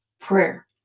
Prayer